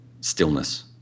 stillness